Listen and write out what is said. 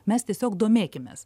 mes tiesiog domėkimės